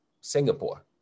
Singapore